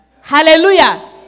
Hallelujah